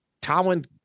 Tomlin